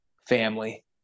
family